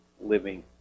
living